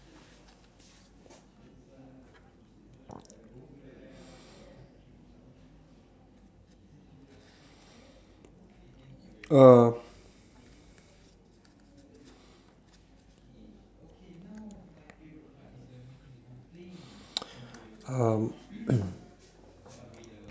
uh